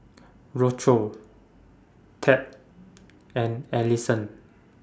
Tab and Ellison